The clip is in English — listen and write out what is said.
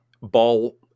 ball